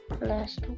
last